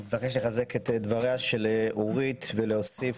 אני מבקש לחזק את דבריה של חברת הכנסת אורית סטרוק ולהוסיף